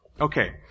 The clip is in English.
Okay